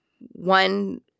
one